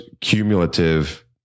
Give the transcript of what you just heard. cumulative